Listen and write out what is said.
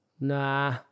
Nah